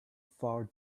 far